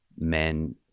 men